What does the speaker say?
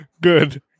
Good